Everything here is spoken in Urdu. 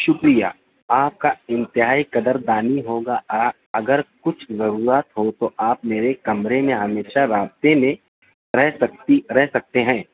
شکریہ آپ کا انتہائی قدردانی ہوگا آ اگر کچھ ضروریات ہو تو آپ میرے کمرے میں ہمیشہ رابطے میں رہ سکتی رہ سکتے ہیں